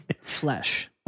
flesh